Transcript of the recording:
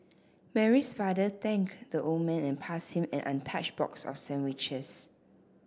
Mary's father thanked the old man and passed him an untouched box of sandwiches